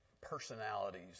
personalities